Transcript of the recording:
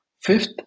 Fifth